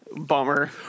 Bummer